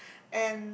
and